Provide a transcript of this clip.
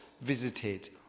visited